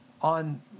on